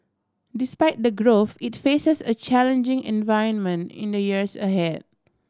despite the growth it faces a challenging environment in the years ahead